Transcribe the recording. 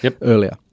earlier